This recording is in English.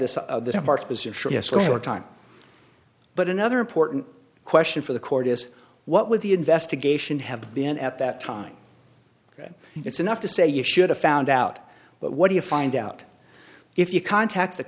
over time but another important question for the court is what would the investigation have been at that time it's enough to say you should have found out but what do you find out if you contact the